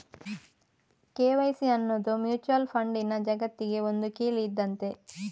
KYC ಅನ್ನುದು mutual ಫಂಡಿನ ಜಗತ್ತಿಗೆ ಒಂದು ಕೀಲಿ ಇದ್ದಂತೆ